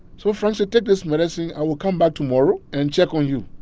so frank said, take this medicine. i will come back tomorrow and check on you.